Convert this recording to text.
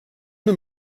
una